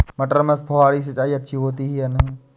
मटर में फुहरी सिंचाई अच्छी होती है या नहीं?